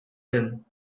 them